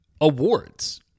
awards